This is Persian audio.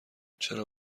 چرا